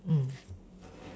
mm